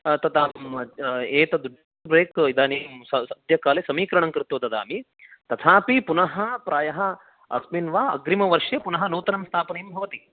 तदहं एतत् ब्रेक् तु सद्यः काले इदानीं समीकरणं कृत्वा ददामि तथापि पुनः प्रायः अस्मिन् वा अग्रिमवर्षे पुनः नूतनं स्थापनीयं भवति